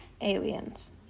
aliens